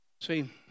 See